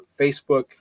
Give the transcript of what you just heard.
Facebook